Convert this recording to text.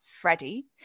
Freddie